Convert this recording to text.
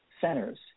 centers